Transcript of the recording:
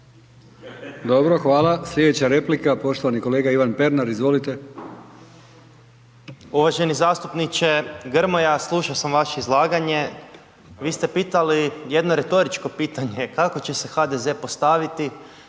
Dobro, hvala. Slijedeća replika poštovani kolega Ivan Pernar, izvolite. **Pernar, Ivan (Živi zid)** Uvaženi zastupniče Grmoja, slušao sam vaše izlaganje, vi ste pitali jedno retoričko pitanje, kako će se HDZ postaviti